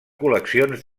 col·leccions